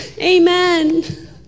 Amen